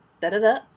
Da-da-da